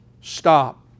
stop